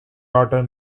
daughter